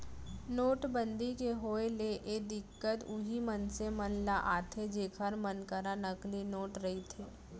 नोटबंदी के होय ले ए दिक्कत उहीं मनसे मन ल आथे जेखर मन करा नकली नोट रहिथे